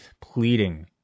pleading